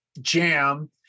jam